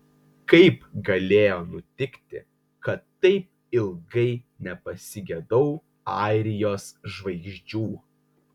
kaip galėjo nutikti kad taip ilgai nepasigedau airijos žvaigždžių